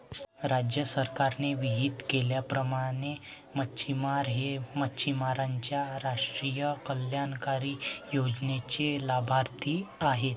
राज्य सरकारने विहित केल्याप्रमाणे मच्छिमार हे मच्छिमारांच्या राष्ट्रीय कल्याणकारी योजनेचे लाभार्थी आहेत